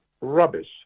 Rubbish